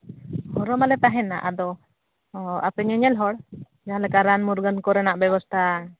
ᱦᱚᱨᱦᱚ ᱢᱟᱞᱮ ᱛᱟᱦᱮᱱᱟ ᱟᱫᱚ ᱟᱯᱮ ᱧᱮᱧᱮᱞ ᱦᱚᱲ ᱡᱟᱦᱟᱸ ᱞᱮᱠᱟ ᱨᱟᱱ ᱢᱩᱨᱜᱟᱹᱱ ᱠᱚᱨᱮᱱᱟᱜ ᱵᱮᱵᱚᱥᱛᱷᱟ